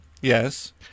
Yes